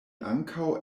ankaŭ